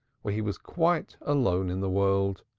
where he was quite alone in the world.